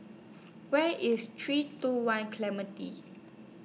Where IS three two one Clementi